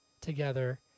together